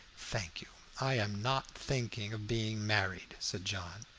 thank you, i am not thinking of being married, said john,